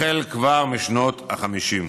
כבר מאז משנות ה-50.